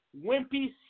wimpy